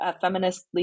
Feminist